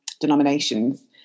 denominations